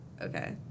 Okay